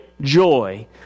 joy